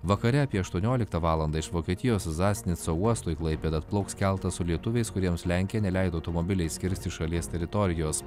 vakare apie aštuonioliktą valandą iš vokietijos zasnico uosto į klaipėdą atplauks keltas su lietuviais kuriems lenkija neleido automobiliais kirsti šalies teritorijos